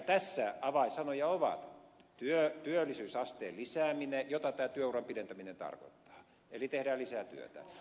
tässä avainsana on työllisyysasteen lisääminen jota työuran pidentäminen tarkoittaa eli tehdään lisää työtä